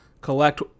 Collect